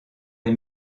les